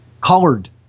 colored